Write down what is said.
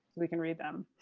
we can read them.